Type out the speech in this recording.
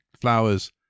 flowers